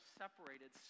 separated